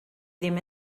ddim